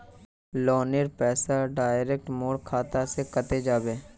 लोनेर पैसा डायरक मोर खाता से कते जाबे?